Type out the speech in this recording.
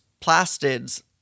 plastids